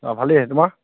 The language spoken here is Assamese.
অঁ ভালেই তোমাৰ